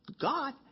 God